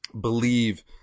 believe